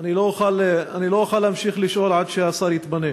אני לא אוכל להמשיך לשאול עד שהשר יתפנה.